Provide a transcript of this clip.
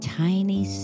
tiny